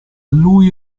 lui